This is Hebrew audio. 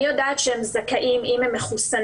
אני יודעת שהם זכאים לאישור הזה אם הם מחוסנים.